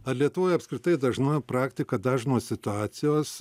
ar lietuvoj apskritai dažna praktika dažnos situacijos